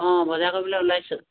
অঁ বজাৰ কৰিবলৈ ওলাইছোঁ